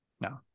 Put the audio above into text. No